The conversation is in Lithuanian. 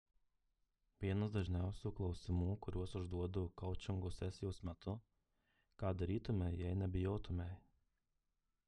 vienas dažniausių klausimų kuriuos užduodu koučingo sesijos metu ką darytumei jei nebijotumei